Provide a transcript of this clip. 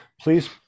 please